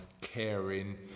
caring